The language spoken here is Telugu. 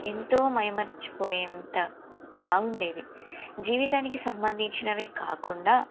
ఎంతో మైమరచిపోయేంత బాగుండేవి జీవితానికి సంబంధించినవే కాకుండా